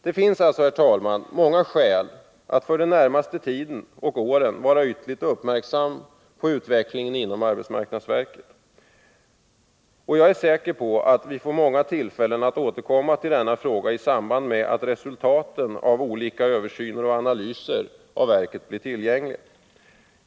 Det finns alltså, herr talman, många skäl att för den närmaste tiden — under de närmaste åren — vara ytterligt uppmärksam på utvecklingen inom arbetsmarknadsverket, och jag är säker på att vi får många tillfällen att återkomma till denna fråga i samband med att resultaten av olika översyner Nr 111 och analyser av verket blir tillgängliga.